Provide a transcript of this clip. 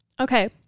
okay